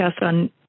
on